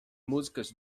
músicas